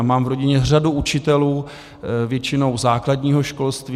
Mám v rodině řadu učitelů, většinou základního školství.